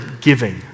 giving